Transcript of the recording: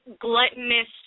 gluttonous